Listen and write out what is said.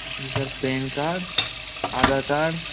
ji sir PAN card Aadhaar card